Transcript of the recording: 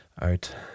out